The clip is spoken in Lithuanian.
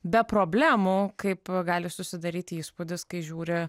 be problemų kaip gali susidaryti įspūdis kai žiūri